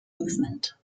movement